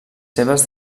seves